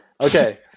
Okay